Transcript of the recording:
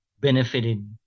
benefited